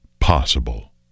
possible